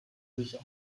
sich